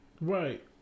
Right